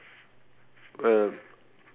uh